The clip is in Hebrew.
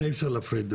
כן, אי אפשר להפריד.